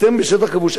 אתם בשטח כבוש.